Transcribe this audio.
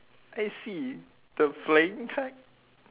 I see the flaying kind